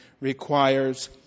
Requires